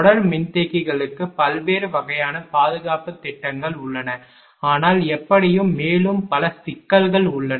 தொடர் மின்தேக்கிகளுக்கு பல்வேறு வகையான பாதுகாப்புத் திட்டங்கள் உள்ளன ஆனால் எப்படியும் மேலும் பல சிக்கல்கள் உள்ளன